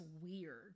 weird